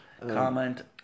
Comment